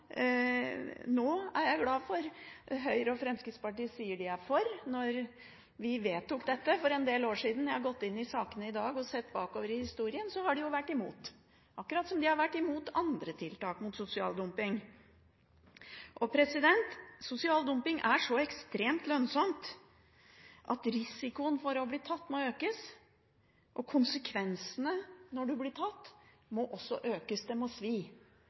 nå – det er jeg glad for – Høyre og Fremskrittspartiet sier de er for. Da vi vedtok dette for en del år siden – jeg har gått inn i sakene i dag og sett bakover i historien – var de jo imot, akkurat som de har vært imot andre tiltak mot sosial dumping. Sosial dumping er så ekstremt lønnsomt at risikoen for å bli tatt må økes, og konsekvensene når man blir tatt, må også